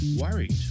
worried